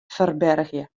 ferbergje